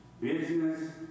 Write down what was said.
business